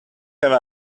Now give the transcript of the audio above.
have